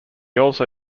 also